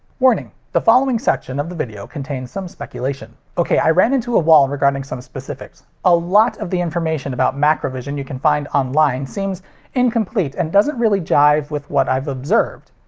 warning the following section of the video contains some speculation. ok, i ran into a wall regarding some specifics. a lot of the information about macrovision you can find online seems incomplete and doesn't really jive with what i've observed.